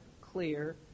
clear